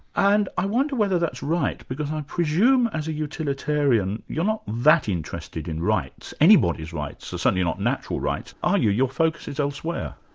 and i wonder whether that's right, because i presume as a utilitarian you're not that interested in rights, anybody's rights, so certainly not natural rights, are you, your focus is elsewhere.